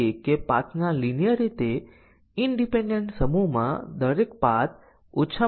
અહીં આપણી પાસે આ કંપાઉંડ કન્ડીશનમાં ત્રણ એટોમિક કન્ડીશન ઓ A 0 અથવા B 5 C 100 છે